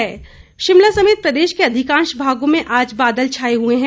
मौसम शिमला समेत प्रदेश के अधिकांश भागों में आज बादल छाए हुए हैं